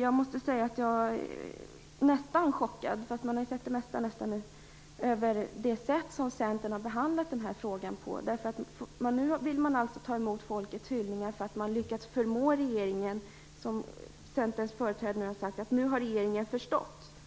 Jag måste säga att jag nästan är chockad, fastän man sett det mesta, över det sätt som Centern har behandlat den här frågan på. Nu vill man ta emot folkets hyllningar för att man lyckats förmå regeringen, som Centerns företrädare här sagt, att förstå